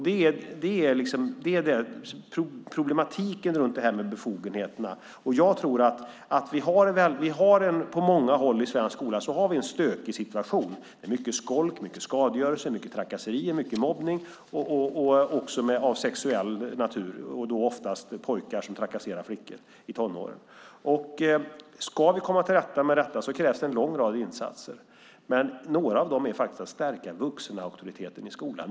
Det är problematiken runt befogenheterna. På många håll i svensk skola har vi en stökig situation. Det är mycket skolk, mycket skadegörelse, mycket trakasserier, mycket mobbning, också av sexuell natur - det är då oftast pojkar som trakasserar flickor i tonåren. Ska vi komma till rätta med detta krävs det en lång rad insatser. Några av dem är att stärka vuxenauktoriteten i skolan.